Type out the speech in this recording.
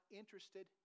interested